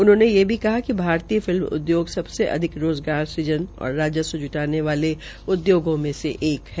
उन्होंने ये भी कहा कि भारतीय फिल्म उद्योग सबसे अधिक रोज़गार सुजन और राजस्व ज्टाने वाले उद्योगों में से एक है